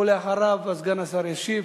לאחריו סגן השר ישיב.